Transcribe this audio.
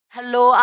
Hello